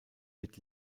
wird